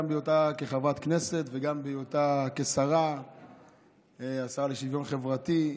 גם בהיותה חברת כנסת וגם בהיותה השרה לשוויון חברתי,